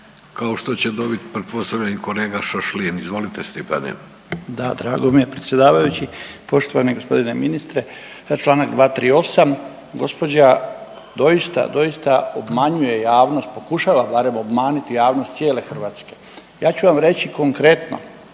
kao što će dobit pretpostavljam i kolega Šašlin, izvolite Stipane. **Šašlin, Stipan (HDZ)** Da, drago mi je predsjedavajući. Poštovani gospodine ministre Članak 238., gospođa doista, doista obmanjuje javnost, pokušava barem obmaniti cijele Hrvatske. Ja ću vam reći konkretno,